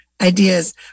ideas